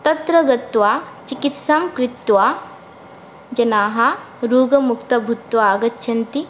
तत्र गत्वा चिकित्सां कृत्वा जनाः रोगमुक्तो भूत्वा आगच्छन्ति